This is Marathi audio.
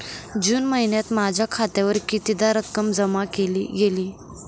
जून महिन्यात माझ्या खात्यावर कितीदा रक्कम जमा केली गेली?